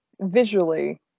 visually